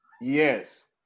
Yes